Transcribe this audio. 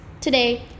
Today